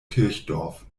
kirchdorf